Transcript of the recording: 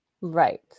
Right